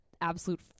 absolute